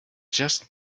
just